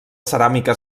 ceràmica